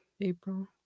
April